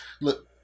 look